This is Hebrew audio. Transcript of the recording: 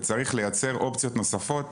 וצריך לייצר אופציות נוספות